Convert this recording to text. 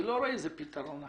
אני לא רואה פתרון אחר.